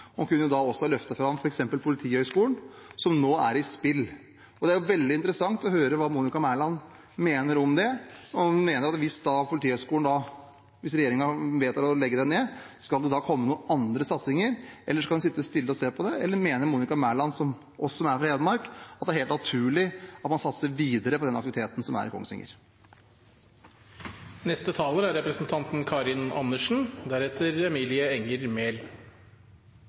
da kunne hun også løfte fram f.eks. Politihøgskolen, som nå er i spill. Det blir veldig interessant å høre hva Monica Mæland mener om det. Hvis regjeringen vedtar å legge ned Politihøgskolen, mener hun at det skal komme noen andre satsinger, skal hun sitte stille og se på det, eller mener Monica Mæland, som oss fra Hedmark, at det er helt naturlig at man satser videre på den aktiviteten som er